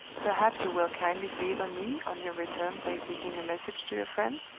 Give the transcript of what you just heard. perhaps you will kindly favor me, on your return, by taking a message to your friend?